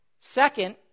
Second